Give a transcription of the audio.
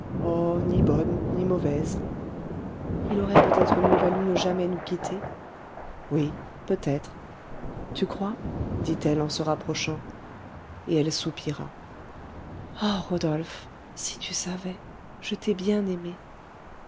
bonne ni mauvaise il aurait peut-être mieux valu ne jamais nous quitter oui peut-être tu crois dit-elle en se rapprochant et elle soupira o rodolphe si tu savais je t'ai bien aimé